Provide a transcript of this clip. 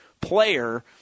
player